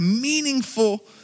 meaningful